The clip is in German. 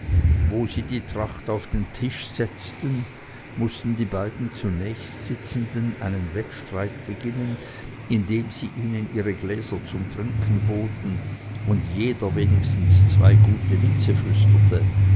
wo sie die tracht auf den tisch setzten mußten die beiden zunächstsitzenden einen wettstreit beginnen indem sie ihnen ihre gläser zum trinken boten und jeder wenigstens zwei gute witze flüsterte